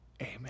Amen